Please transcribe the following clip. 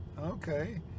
Okay